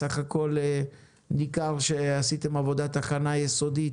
בסך הכל ניכר שעשיתם עבודת הכנה יסודית